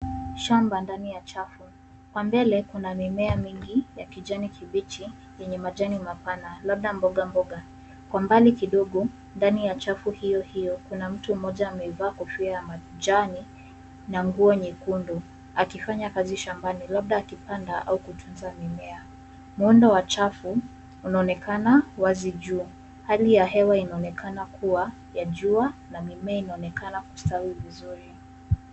Shamba ndani ya chafu na mbele kuna mimea mingi ya kijani kibichi yenye majani mapana labda mboga mboga. Kwa mbali kidogo ndani ya chafu hiyo hiyo kuna mtu mmoja amevaa kofia ya majani na nguo nyekundu akifanya kazi shambani labda akipanda au kutnza mimea. Muundo wa chafu unaonekana wazi juu . Hali ya hewa inaonekana kuwa ya jua na mimea inaonekana kustawi vizuri.